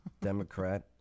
Democrat